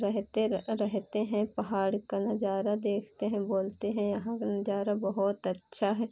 रहते रहते हैं पहाड़ का नज़ारा देखते हैं बोलते हैं यहाँ का नज़ारा बहुत अच्छा है